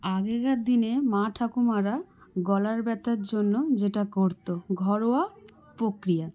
আগেকার দিনের মা ঠাকুমারা গলার ব্যথার জন্য যেটা করত ঘরোয়া প্রক্রিয়া